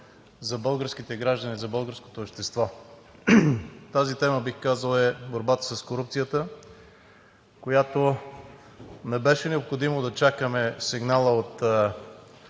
за българските граждани, за българското общество. Тази тема, бих казал, е борбата с корупцията, за която не беше необходимо да чакаме сигнала от